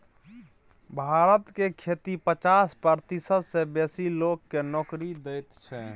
भारत के खेती पचास प्रतिशत सँ बेसी लोक केँ नोकरी दैत छै